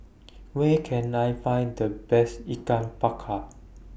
Where Can I Find The Best Ikan Bakar